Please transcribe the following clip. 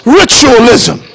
ritualism